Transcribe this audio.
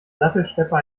sattelschlepper